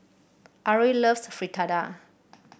Ari loves Fritada